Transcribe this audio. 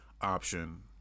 option